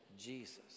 Jesus